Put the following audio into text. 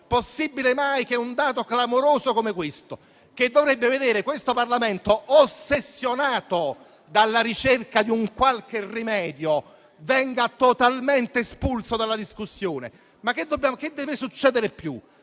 Possibile mai che un dato clamoroso come questo, che dovrebbe vedere questo Parlamento ossessionato dalla ricerca di un qualche rimedio, venga totalmente espulso dalla discussione? Che cosa deve succedere